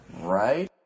right